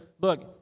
look